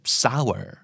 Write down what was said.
sour